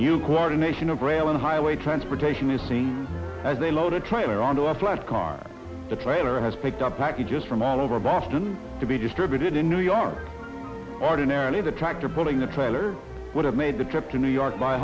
you coronation of rail and highway transportation using as a load a trailer onto a flat car the trailer has picked up packages from all over boston to be distributed in new york ordinarily the tractor pulling a trailer would have made the trip to new york by